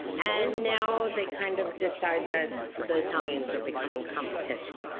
and now they kind of decided that the italians are becoming competition.